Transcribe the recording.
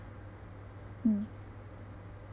mm